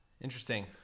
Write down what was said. interesting